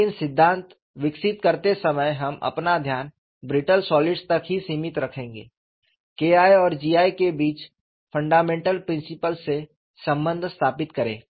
लेकिन सिद्धांत विकसित करते समय हम अपना ध्यान ब्रिट्टल सॉलिड्स तक ही सीमित रखेंगे K I और G I के बीच फंडामेंटल प्रिंसिपल्स से संबंध स्थापित करें